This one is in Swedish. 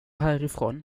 härifrån